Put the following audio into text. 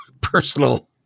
personal